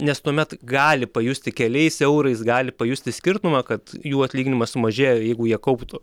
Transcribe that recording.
nes tuomet gali pajusti keliais eurais gali pajusti skirtumą kad jų atlyginimas sumažėjo jeigu jie kauptų